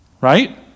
right